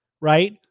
Right